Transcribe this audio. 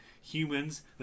humans